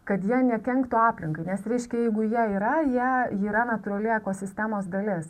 kad jie nekenktų aplinkai nes reiškia jeigu jie yra jie yra natūrali ekosistemos dalis